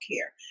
care